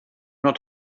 not